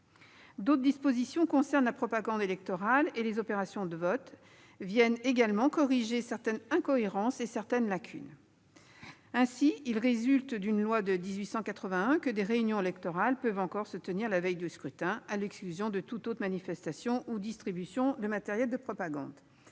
D'autres dispositions concernant la propagande électorale et les opérations de vote viennent également corriger certaines incohérences et lacunes. Ainsi, il résulte d'une loi de 1881 que des réunions électorales peuvent encore se tenir la veille du scrutin à l'exclusion de toute autre manifestation ou distribution de matériel de propagande.